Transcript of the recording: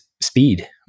speed